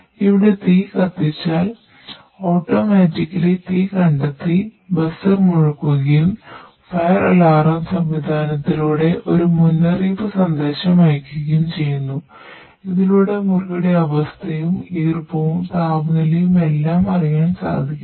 ഇവിടെ തീ കത്തിച്ചാൽ ഓട്ടോമാറ്റിക്കലി സംവിധാനത്തിലൂടെ ഒരു മുന്നറിയിപ്പ് സന്ദേശം അയക്കുകയും ചെയ്യുന്നു ഇതിലൂടെ മുറിയുടെ അവസ്ഥയും ഈർപ്പവും താപനിലയും എല്ലാം അറിയാൻ സാധിക്കുന്നു